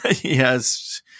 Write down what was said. Yes